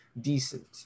decent